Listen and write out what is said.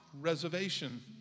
reservation